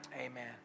Amen